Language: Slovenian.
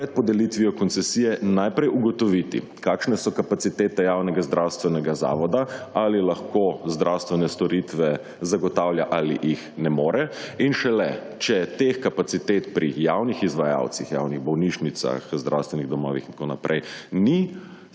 pred podelitvijo koncesije najprej ugotoviti, kakšne so kapacitete javnega zdravstvenega zavoda, ali lahko zdravstvene storitve zagotavlja, ali jih ne more, in šele, če teh kapacitet pri javnih izvajalcih, javnih bolnišnicah, zdravstvenih domovi in tako naprej ni,